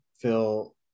phil